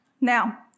Now